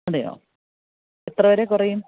അതെയോ എത്രവരെ കുറയും